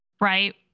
right